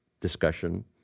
discussion